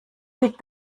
liegt